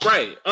Right